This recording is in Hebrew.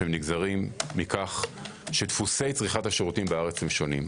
נגזרים מכך שדפוסי צריכת השירותים בארץ הם שונים.